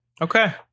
Okay